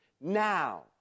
now